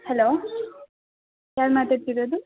hello ಯಾರು ಮಾತಾಡ್ತಿರೋದು